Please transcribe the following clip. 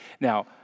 Now